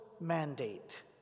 mandate